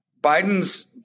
Biden's